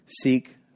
Seek